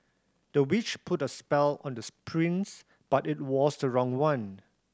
the witch put a spell on the prince but it was the wrong one